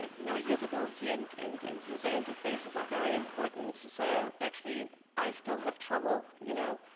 you know, usability and and and user interfaces are very important. so actually i still have trouble, you know,